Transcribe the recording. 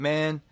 Man